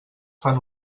fan